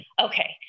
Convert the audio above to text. okay